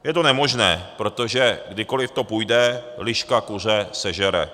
Je to nemožné, protože kdykoliv to půjde, liška kuře sežere.